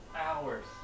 hours